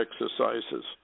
exercises